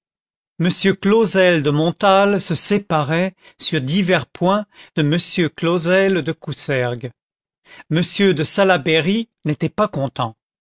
m clausel de montals se séparait sur divers points de m clausel de coussergues m de salaberry n'était pas content